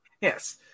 Yes